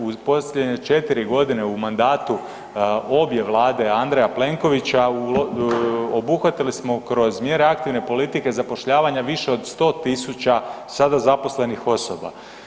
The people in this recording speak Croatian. U posljednje 4 godine u mandatu obje Vlade Andreja Plenkovića obuhvatili smo kroz mjere aktivne politike zapošljavanja više od 100.000 sada zaposlenih osoba.